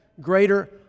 greater